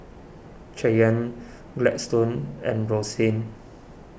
Cheyanne Gladstone and Roxane